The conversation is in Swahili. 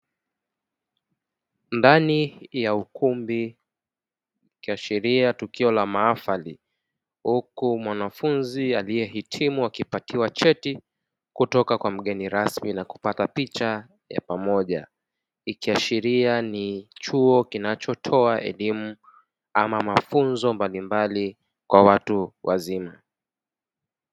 Ndani ya ukumbi ikiashiria tukio la mahafali, huku mwanafunzi aliyehitimu akipatiwa cheti kutoka kwa mgeni rasmi na kupata picha ya pamoja. Ikiashiria ni chuo kinachotoa elimu ama mafunzo mbalimbali kwa watu wazima.